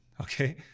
okay